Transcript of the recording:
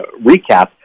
recap